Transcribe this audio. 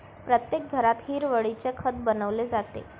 प्रत्येक घरात हिरवळीचे खत बनवले जाते